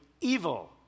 evil